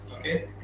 Okay